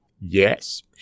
yes